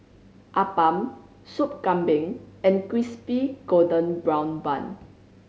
appam Sup Kambing and Crispy Golden Brown Bun